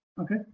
okay